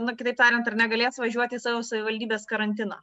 nu kitaip tariant ar negalės važiuoti į savo savivaldybės karantiną